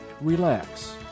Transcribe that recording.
relax